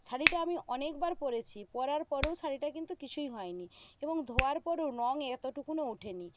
শাড়িটা আমি অনেকবার পরেছি পরার পরেও শাড়িটার কিন্তু কিছুই হয়নি এবং ধোওয়ার পরও রং এতটুকুনও ওঠেনি